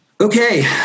Okay